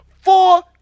four